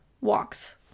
walks